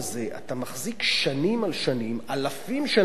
אתה מחזיק שנים על שנים אלפים של אנשים